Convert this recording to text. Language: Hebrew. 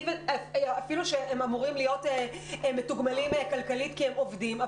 שאפילו שהם אמורים להיות מתוגמלים כלכלית כי הם עובדים,